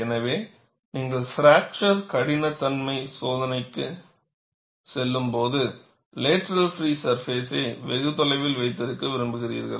எனவே நீங்கள் பிராக்சர் கடினத்தன்மை சோதனைக்குச் செல்லும்போதுலேட்ரல் ஃப்ரீ சர்பெஸை வெகு தொலைவில் வைத்திருக்க விரும்புகிறீர்கள்